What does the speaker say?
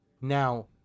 Now